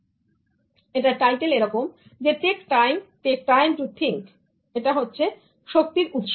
সুতরাং টাইটেল এরকম Take time take time to think এটা হচ্ছে শক্তির উৎস